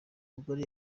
umugore